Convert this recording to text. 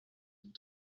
and